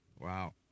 wow